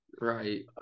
Right